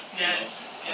Yes